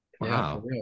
Wow